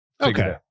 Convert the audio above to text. okay